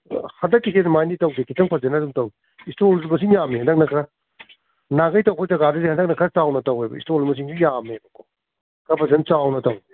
ꯍꯟꯗꯛꯀꯤꯁꯦ ꯑꯗꯨꯃꯥꯏꯅꯗꯤ ꯇꯧꯗꯦ ꯈꯤꯇꯪ ꯐꯖꯅ ꯑꯗꯨꯝ ꯇꯧꯏ ꯏꯁꯇꯣꯜꯁꯨ ꯃꯁꯤꯡ ꯌꯥꯝꯏ ꯍꯟꯗꯛꯅ ꯈꯔ ꯅꯍꯥꯟꯈꯩ ꯇꯧꯕ ꯖꯒꯥꯗꯨꯗꯒꯤ ꯍꯟꯗꯛꯅ ꯈꯔ ꯆꯥꯎꯅ ꯇꯧꯏꯕ ꯏꯁꯇꯣꯜ ꯃꯁꯤꯡꯁꯨ ꯌꯥꯝꯃꯦꯕꯀꯣ ꯈꯔ ꯐꯖꯅ ꯆꯥꯎꯅ ꯇꯧꯏ